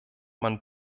man